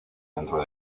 centro